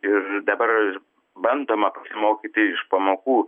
ir dabar bandoma mokyti iš pamokų